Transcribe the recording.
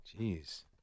Jeez